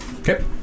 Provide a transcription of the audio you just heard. Okay